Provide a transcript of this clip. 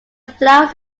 flowers